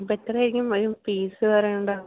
ഇപ്പേത്രേയായിരിക്കും വരും ഫീസ് പറയാനുണ്ടാവുക